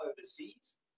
overseas